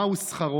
4. מהו שכרו?